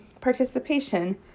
participation